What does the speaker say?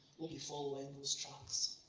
we'll be following those tracks.